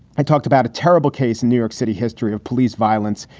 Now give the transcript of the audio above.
i talked about a terrible case in new york city history of police violence,